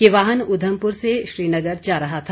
ये वाहन उधमपुर से श्रीनगर जा रहा था